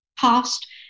cost